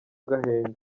agahenge